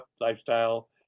Lifestyle